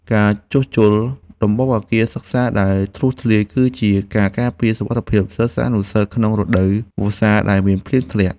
ការជួសជុលដំបូលអគារសិក្សាដែលធ្លុះធ្លាយ គឺជាការការពារសុវត្ថិភាពសិស្សានុសិស្សក្នុងរដូវវស្សាដែលមានភ្លៀងធ្លាក់។